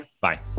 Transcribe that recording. Bye